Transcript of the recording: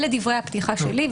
אלה דברי הפתיחה שלי.